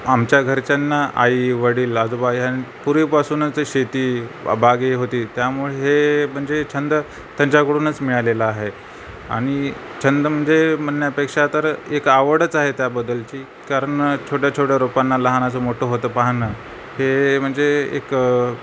आमच्या घरच्यांना आई वडील आजोबाई हान पूर्वीपासूनच शेतीबाग होती त्यामुळे हे म्हणजे छंद त्यांच्याकडूनच मिळालेलं आहे आणि छंद म्हणजे म्हणण्यापेक्षा तर एक आवडच आहे त्याबद्दलची कारण छोट्या छोट्या रोपांना लहानाचं मोठं होताना पाहणं हे म्हणजे एक